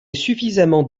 suffisamment